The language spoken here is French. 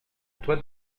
toi